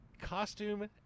costume